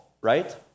right